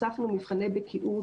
הוספנו מבחני בקיאות